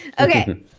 okay